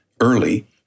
early